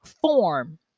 form